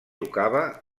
tocava